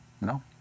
No